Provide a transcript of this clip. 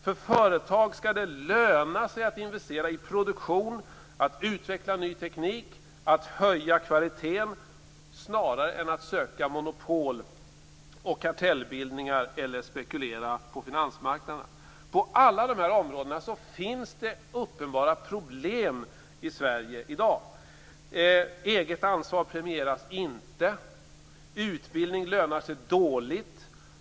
Det skall löna sig för företag att investera i produktion, att utveckla ny teknik och att höja kvaliteten snarare än att söka monopol och kartellbildningar eller spekulera på finansmarknaderna. Det finns uppenbara problem på alla de här områdena i Sverige i dag. Eget ansvar premieras inte. Utbildning lönar sig dåligt.